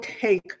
take